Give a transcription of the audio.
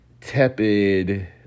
tepid